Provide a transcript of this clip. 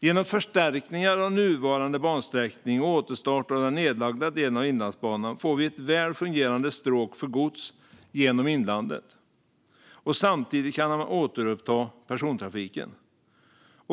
Genom förstärkningar av nuvarande bansträckning och återstart av den nedlagda delen av Inlandsbanan får vi ett väl fungerande stråk för gods genom inlandet, och samtidigt kan man återuppta persontrafik.